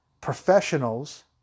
professionals